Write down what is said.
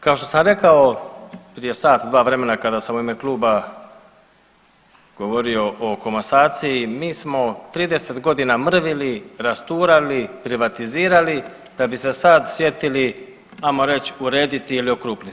Kao što sam rekao prije sat, dva vremena kada sam u ime kluba govorio o komasaciji, mi smo 30 godina mrvili, rasturali, privatizirali da bi se sad sjetili ajmo reć urediti ili okrupniti.